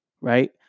right